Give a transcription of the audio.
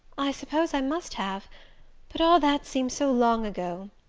i suppose i must have but all that seems so long ago,